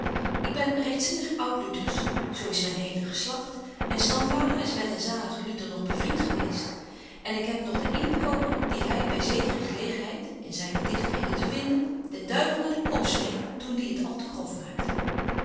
ik ben rechtzinnig oud luters zo is myn hele geslagt myn stamvader is met den zaligen luter nog bevrient geweest en ik heb nog den intkoker die hy by zekere gelegenheid in zyne dichtreden te vinden den duivel naar den kop smeet toen die het al te grof maakte